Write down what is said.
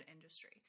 industry